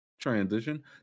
transition